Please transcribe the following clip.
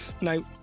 Now